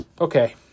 Okay